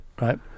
Right